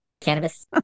cannabis